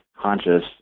conscious